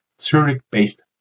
Zurich-based